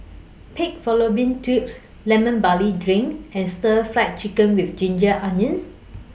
Pig Fallopian Tubes Lemon Barley Drink and Stir Fried Chicken with Ginger Onions